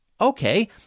Okay